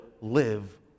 live